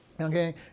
Okay